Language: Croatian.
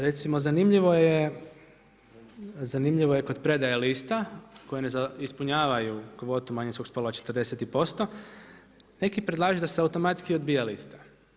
Recimo, zanimljivo je kod predaje liste koje ne ispunjavaju kvotu manijskog spola 40%, neki predlažu da se automatski odbija lista.